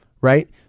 Right